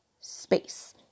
space